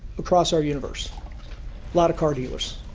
across our universe, a lot of car dealers.